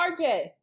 RJ